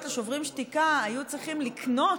לשוברים שתיקה היו צריכים "לקנות",